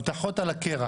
הבטחות על הקרח.